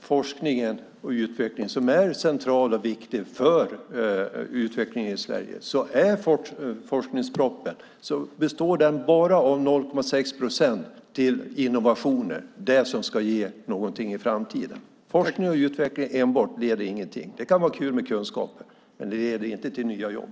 Forskningen är central och viktig för utvecklingen i Sverige. Men forskningspropositionen består bara till 0,6 procent av innovationer, det som ska ge någonting i framtiden. Enbart forskning och utveckling ger ingenting. Det kan vara kul med kunskaper, men de leder inte till nya jobb.